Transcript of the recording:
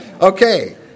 Okay